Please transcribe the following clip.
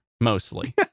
mostly